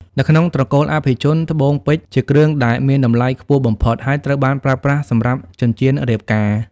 នៅក្នុងត្រកូលអភិជន ត្បូងពេជ្រជាគ្រឿងដែលមានតម្លៃខ្ពស់បំផុត ហើយត្រូវបានប្រើប្រាស់សម្រាប់ចិញ្ចៀនរៀបការ។